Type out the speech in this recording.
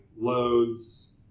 loads